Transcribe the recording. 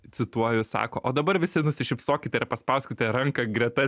cituoju sako o dabar visi nusišypsokite ir paspauskite ranką greta